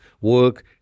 work